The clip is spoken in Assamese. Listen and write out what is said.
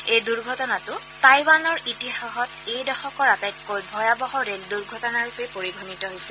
এই দুৰ্ঘটনাটো টাইৱানৰ ইতিহাসত এই দশকৰ আটাইতকৈ ভয়াবহ ৰেল দুৰ্ঘটনাৰূপে পৰিগণিত হৈছে